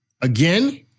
again